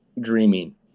dreaming